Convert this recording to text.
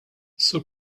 sur